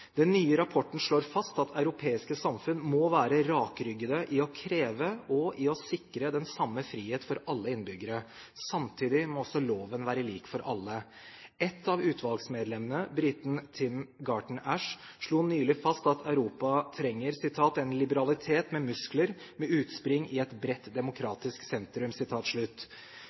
Den nye rapporten slår fast at europeiske samfunn må være rakryggede i å kreve og sikre den samme frihet for alle innbyggere. Samtidig må også loven være lik for alle. Ett av utvalgsmedlemmene, briten Timothy Garton Ash, slo nylig fast at Europa trenger «en liberalitet med muskler med utspring i et bredt, demokratisk sentrum».